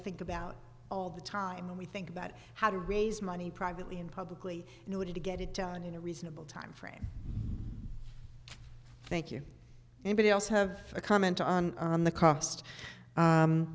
think about all the time and we think that how to raise money privately and publicly in order to get it done in a reasonable time frame thank you anybody else have a comment on on the cost